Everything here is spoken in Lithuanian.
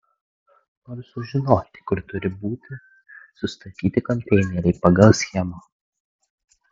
noriu sužinoti kur turi būtų sustatyti konteineriai pagal schemą